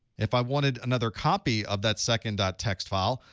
if i wanted another copy of that second ah txt file,